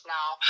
now